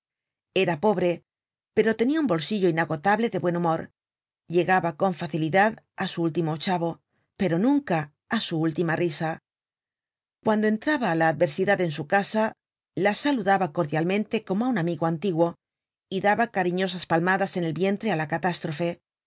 era pobre pero tenia un bolsillo inagotable de buen humor llegaba con facilidad á su último ochavo pero nunca á su última risa cuando entraba la adversidad en su casa la saludaba cordialmente como á un amigo antiguo y daba cariñosas palmadas en el vientre á la catástrofe